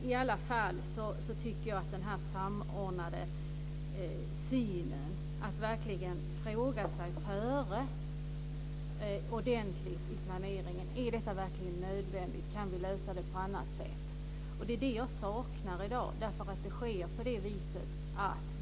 I alla fall tycker jag beträffande detta med samordnad syn att man i planeringen ordentligt ska fråga sig före om en sak verkligen är nödvändig eller om det går att lösa det hela på ett annat sätt. Detta saknar jag i dag.